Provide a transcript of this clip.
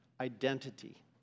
identity